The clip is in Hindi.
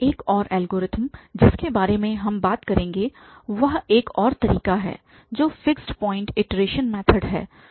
एक और एल्गोरिथ्म जिसके बारे में हम बात करेंगे वह एक और तरीका है जो फिक्स्ड पॉइंट इटरेशन मेथड है